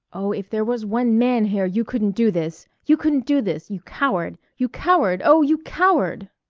oh, if there was one man here you couldn't do this! you couldn't do this! you coward! you coward, oh, you coward!